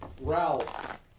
Ralph